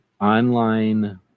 online